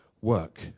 work